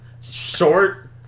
short